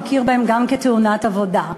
הכיר גם בהן כתאונות עבודה.